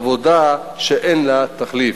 עבודה שאין לה תחליף.